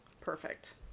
perfect